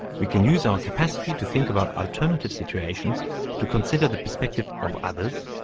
we can use our capacity to think about alternative situations to consider the perspectives of others,